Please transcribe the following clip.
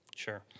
Sure